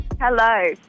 Hello